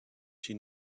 she